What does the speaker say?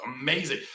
amazing